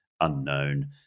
unknown